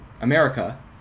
america